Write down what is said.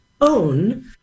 own